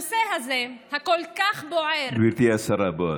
גברתי השרה.